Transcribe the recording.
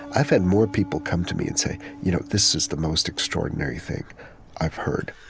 i've had more people come to me and say you know this is the most extraordinary thing i've heard